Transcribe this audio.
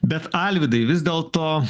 bet alvydai vis dėlto